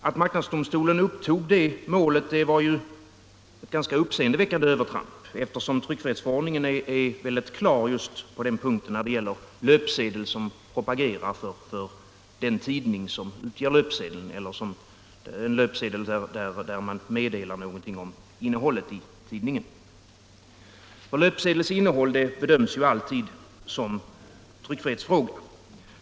Att marknadsdomstolen upptog det målet var ett ganska uppseendeväckande övertramp, eftersom tryckfrihetsförordningen väl är ganska klar just när det gäller löpsedel som propagerar för den tidning som utgett löpsedeln eller löpsedel där man meddelar något om innehållet i tidningen. Löpsedels innehåll bedöms ju alltid som tryckfrihetsfråga.